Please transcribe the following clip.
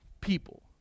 people